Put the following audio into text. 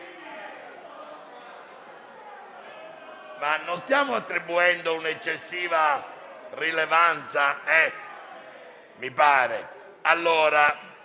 non stiamo attribuendo un'eccessiva rilevanza? Indìco